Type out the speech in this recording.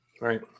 Right